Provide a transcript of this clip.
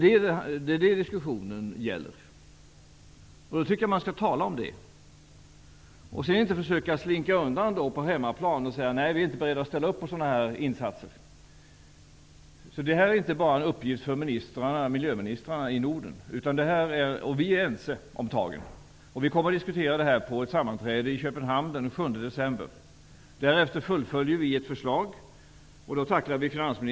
Då tycker jag att man skall tala om det och inte på hemmaplan försöka att slinka undan och säga: Nej, vi är inte beredda att ställa upp på sådana här insatser. Detta är inte bara en uppgift för miljöministrarna i Norden. Vi är ense om tagen, och vi kommer att diskutera frågan på ett sammanträde med finansministrarna i Köpenhamn den 7 december. Därefter fullföljer vi ett förslag.